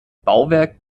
bauwerk